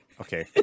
Okay